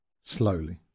slowly